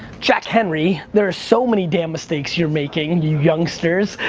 jack-henry, there are so many damn mistakes you're making, and you youngsters,